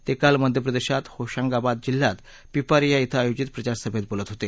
ते काल मध्यप्रदेशात होशंगाबाद जिल्ह्यात पिपारीया क्विं आयोजित प्रचारसभेत बोलत होते